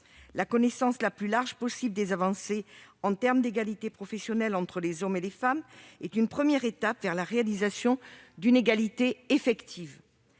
La connaissance la plus large possible des avancées en matière d'égalité professionnelle entre les hommes et les femmes est une première étape vers la réalisation d'une égalité effective.